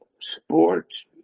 sports